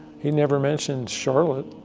he never mentions charlotte,